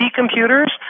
computers